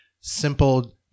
simple-